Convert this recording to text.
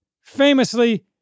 Famously